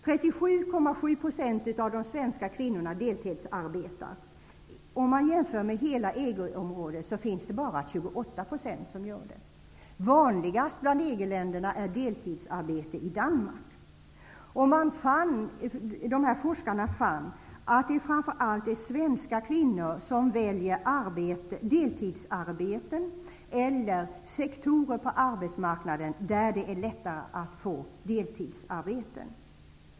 37,7 % av de svenska kvinnorna deltidsarbetar, medan det i hela EG-området bara är 28 % av kvinnorna som deltidsarbetar. Det land bland EG-länderna där deltidsarbete är vanligast är Danmark. Forskarna fann att det framför allt är svenska kvinnor som väljer deltidsarbeten eller sektorer på arbetsmarknaden där det är lättare att få deltidsarbete.